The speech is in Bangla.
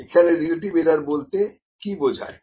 এখানে রিলেটিভ এরার বলতে কী বোঝায়